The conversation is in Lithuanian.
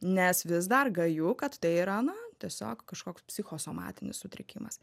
nes vis dar gaju kad tai yra na tiesiog kažkoks psichosomatinis sutrikimas